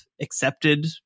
accepted